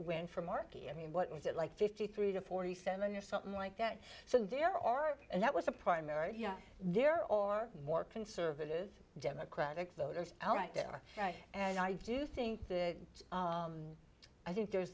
win for markey i mean what was it like fifty three to forty seven or something like that so there are and that was a primary there or more conservative democratic voters out there and i do think that i think there is